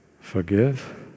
forgive